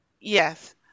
yes